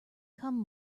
come